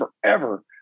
forever